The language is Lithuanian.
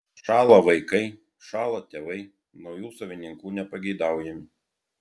šąla vaikai šąla tėvai naujų savininkų nepageidaujami